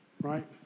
right